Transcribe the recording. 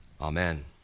Amen